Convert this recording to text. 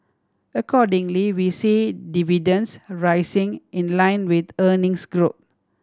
accordingly we see dividends rising in line with earnings grow